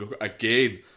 Again